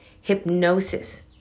hypnosis